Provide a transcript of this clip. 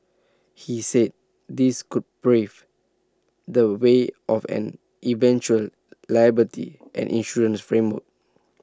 he said this could brave the way of an eventual liability and insurance framework